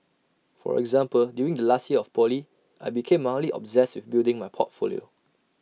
for example during the last year of poly I became mildly obsessed with building my portfolio